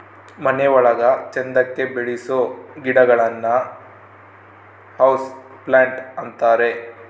ಮನೆ ಒಳಗ ಚಂದಕ್ಕೆ ಬೆಳಿಸೋ ಗಿಡಗಳನ್ನ ಹೌಸ್ ಪ್ಲಾಂಟ್ ಅಂತಾರೆ